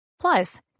Plus